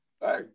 Hey